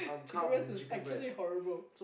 chicken breast is actually horrible